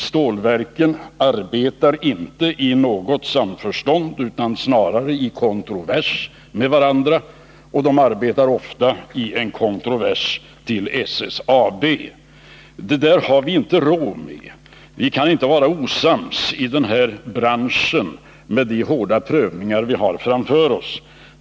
Stålverken arbetar inte i något samförstånd utan snarare i kontrovers med varandra. De arbetar ofta i kontrovers med SSAB. Det där har vi inte råd med. Enheterna i den här branschen får inte vara osams — med de hårda prövningar vi har framför oss.